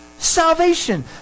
Salvation